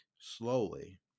slowly